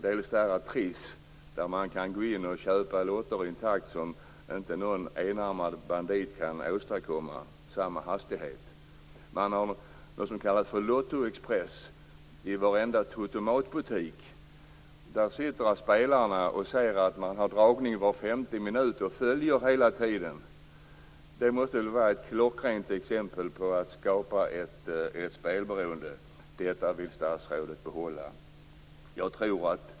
Det ena är Triss, där man kan köpa lotter i sådan takt att inte någon enarmad bandit kan åstadkomma samma hastighet. Man har något som kallas Lottoexpress i varenda totomatbutik. Där har man dragning var femte minut och spelarna sitter och följer detta hela tiden. Det måste väl vara ett klockrent exempel på hur man skapar ett spelberoende. Detta vill statsrådet behålla.